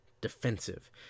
defensive